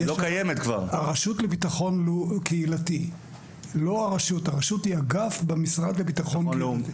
הרשות לביטחון קהילתי היא אגף במשרד לביטחון לאומי.